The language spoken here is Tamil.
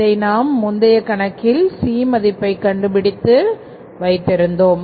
இதை நாம் முந்தைய கணக்கில் C மதிப்பை கண்டுபிடித்து வைத்திருக்கிறோம்